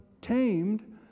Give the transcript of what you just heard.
tamed